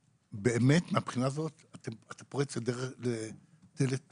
באמת מהבחינה הזאת אתה פורץ לדלת פתוחה,